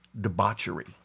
debauchery